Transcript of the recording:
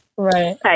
Right